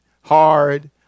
hard